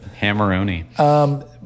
Hammeroni